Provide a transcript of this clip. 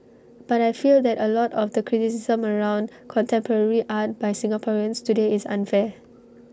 but I feel that A lot of the criticism around contemporary art by Singaporeans today is unfair